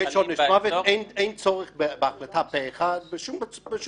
יש עונש מוות, אין צורך בהחלטה פה אחד בשום מקום.